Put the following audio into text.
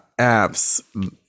apps